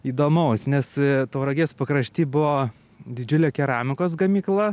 įdomaus nes tauragės pakrašty buvo didžiulė keramikos gamykla